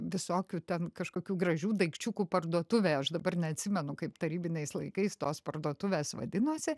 visokių ten kažkokių gražių daikčiukų parduotuvė aš dabar neatsimenu kaip tarybiniais laikais tos parduotuvės vadinosi